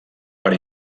per